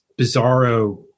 bizarro